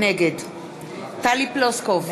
נגד טלי פלוסקוב,